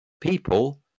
people